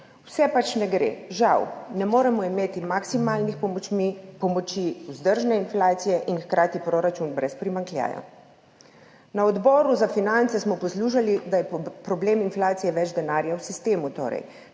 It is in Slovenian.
Vse pač ne gre, žal. Ne moremo imeti maksimalnih pomoči, pomoči vzdržne inflacije in hkrati proračun brez primanjkljaja. Na Odboru za finance smo poslušali, da je problem inflacije več denarja v sistemu, kar